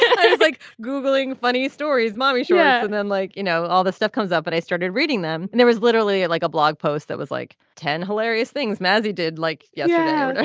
i was like googling funny stories mommy you ah and like you know all this stuff comes up but i started reading them and there was literally like a blog post that was like ten hilarious things massey did like yeah know.